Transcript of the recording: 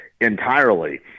entirely